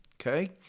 Okay